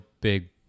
big